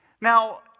Now